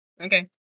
Okay